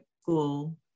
school